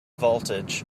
voltage